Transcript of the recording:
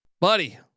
buddy